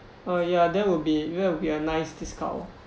uh ya that will be that will be a nice discount